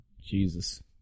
Jesus